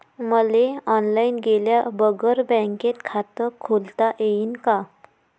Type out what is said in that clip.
मले ऑनलाईन गेल्या बगर बँकेत खात खोलता येईन का?